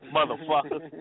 Motherfucker